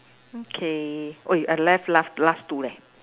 okay !oi! I left last last two eh